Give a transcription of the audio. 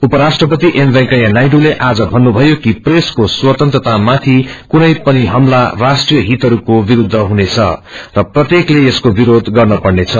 उपराष्ट्रपति एम वेकैया नायडूले आज भन्नुभयो कि प्रेसको स्वतन्त्रतामाथि कूनै पनि हमला राष्ट्रिय हितहस्क्रे विरूद्ध हुनेछ र प्रतयेकले यसको विरोष गर्न पर्नेछ